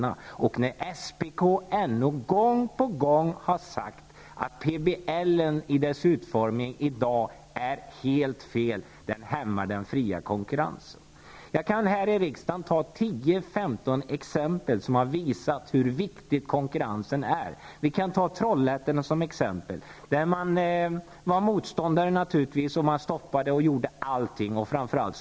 SPK och NO har gång på gång sagt att dagens utformning av PBL är helt fel. PBL hämmar den fria konkurrensen. Jag kan här i riksdagen räkna upp tio femton exempel som visar hur viktig konkurrensen är. Trollhättan är ett exempel. Framför allt socialdemokraterna var motståndare till allt och stoppade allting.